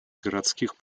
городских